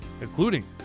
including